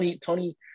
Tony